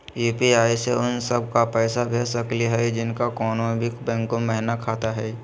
UPI स उ सब क पैसा भेज सकली हई जिनका कोनो भी बैंको महिना खाता हई?